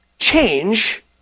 Change